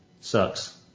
sucks